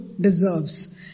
deserves